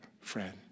friend